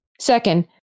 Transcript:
second